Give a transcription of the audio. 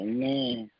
Amen